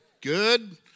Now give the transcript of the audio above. Good